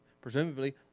presumably